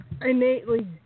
innately